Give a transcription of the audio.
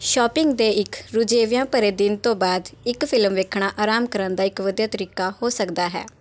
shopping ਦੇ ਇੱਕ ਰੁਝੇਵਿਆਂ ਭਰੇ ਦਿਨ ਤੋਂ ਬਾਅਦ ਇੱਕ ਫਿਲਮ ਵੇਖਣਾ ਆਰਾਮ ਕਰਨ ਦਾ ਇੱਕ ਵਧੀਆ ਤਰੀਕਾ ਹੋ ਸਕਦਾ ਹੈ